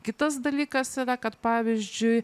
kitas dalykas yra kad pavyzdžiui